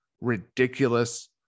ridiculous